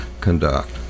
conduct